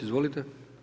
Izvolite.